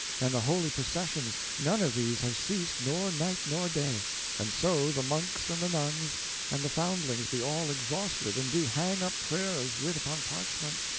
and the holy processions, none of these have ceased nor night nor day and so the monks and the nuns and the foundlings be all exhausted, and do hang up prayers writ upon parchment,